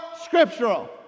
scriptural